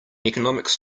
economics